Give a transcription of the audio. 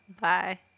bye